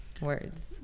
words